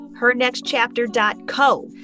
hernextchapter.co